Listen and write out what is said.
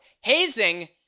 Hazing